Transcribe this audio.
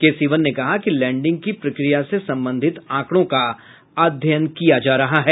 के सीवन ने कहा कि लैंडिंग की प्रक्रिया से संबंधित आंकड़ों का अध्ययन किया जा रहा है